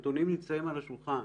הנתונים נמצאים על השולחן.